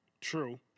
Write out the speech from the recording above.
True